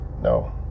No